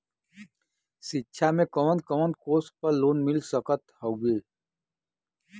शिक्षा मे कवन कवन कोर्स पर लोन मिल सकत हउवे?